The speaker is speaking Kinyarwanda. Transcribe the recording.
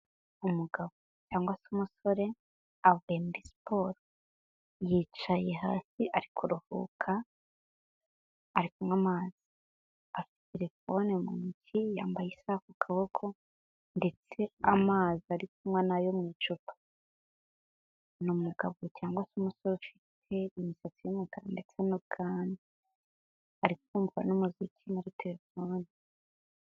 Umugabo cyangwa se umusore avuye muri siporo, yicaye hasi ari kuruhuka ari kunywa amazi. Afite telefone mu ntoki, yambaye isaha ku kaboko ndetse amazi ari kunywa ni ayo mu icupa. Ni umugabo cyangwa se umusore ufite imisatsi y'umukara ndetse n'ubwanwa, ari kumva n'umuziki muri telefone.